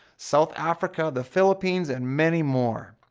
south africa, the philippines, and many more.